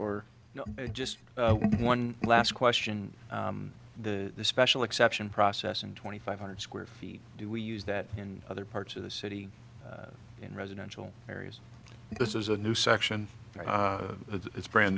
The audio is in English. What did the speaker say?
or just one last question the special exception process and twenty five hundred square feet do we use that in other parts of the city in residential areas this is a new section it's brand